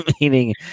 meaning